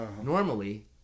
normally